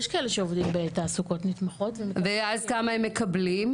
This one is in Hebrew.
יש כאלה שעובדים בתעסוקות מתמחות --- ואז כמה הם מקבלים?